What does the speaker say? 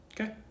Okay